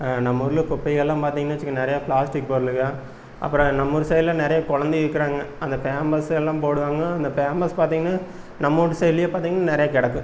நம்ம ஊரில் குப்பைகளெல்லாம் பார்த்தீங்கன்னு வச்சுங்க நிறையா ப்ளாஸ்டிக் பொருளுகள் அப்புறம் நம்மூர் சைடில் நிறையா கொழந்தைங்க இருக்கிறாங்க அந்த பேம்பஸ் எல்லாம் போடுவாங்க அந்த பேம்பஸ் பார்த்தீங்கன்னா நம்ம வீட்டு சைட்லேயே பார்த்தீங்கன்னா நிறையா கிடக்கும்